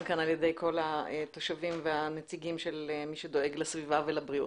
כאן על ידי כל התושבים והנציגים של מי שדואג לסביבה ולבריאות.